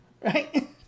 right